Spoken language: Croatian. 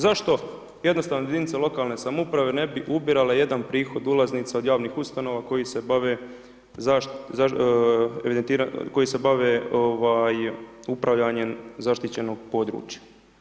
Zašto jednostavno jedinice lokalne samouprave ne bi ubirale jedan prihod ulaznica od javnih ustanova koje se bave upravljanjem zaštićenog područja?